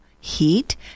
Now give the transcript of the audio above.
heat